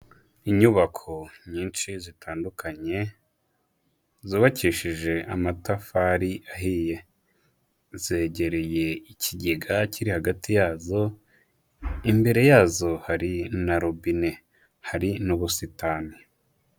Inyubako nyinshi zitandukanye, zubakishije amatafari ahiye, zegereye ikigega kiri hagati yazo, imbere yazo hari na robine hari n'ubusitani.